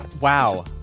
Wow